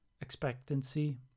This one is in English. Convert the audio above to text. expectancy